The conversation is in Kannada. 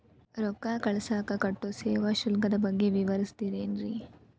ರೊಕ್ಕ ಕಳಸಾಕ್ ಕಟ್ಟೋ ಸೇವಾ ಶುಲ್ಕದ ಬಗ್ಗೆ ವಿವರಿಸ್ತಿರೇನ್ರಿ?